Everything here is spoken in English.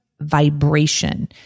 vibration